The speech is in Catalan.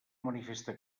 manifesta